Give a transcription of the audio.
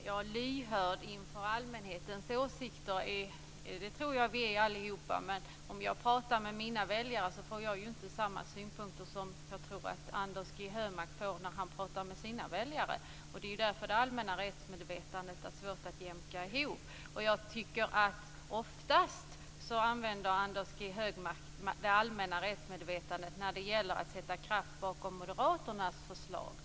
Fru talman! Jag tror att vi allihop är lyhörda för allmänhetens åsikter, men om jag pratar med mina väljare tror jag ju inte att jag får samma synpunkter som Anders G Högmark får när han talar med sina väljare. Det är svårt att jämka ihop det allmänna rättsmedvetandet. Jag tycker att Anders G Högmark oftast hänvisar till det allmänna rättsmedvetandet när det gäller att sätta kraft bakom moderaternas förslag.